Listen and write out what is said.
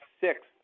sixth